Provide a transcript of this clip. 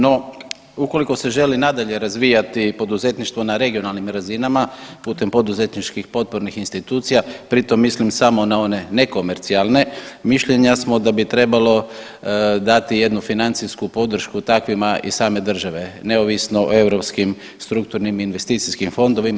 No, ukoliko se želi nadalje razvijati poduzetništvo na regionalnim razinama putem poduzetničkih potpornih institucija, pri tom mislim samo na one nekomercijalne, mišljenja smo da bi trebalo dati jednu financijsku podršku takvima i same države neovisno o europskim strukturnim investicijskim fondovima.